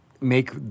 make